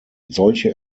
solche